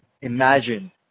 imagine